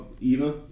Eva